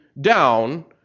down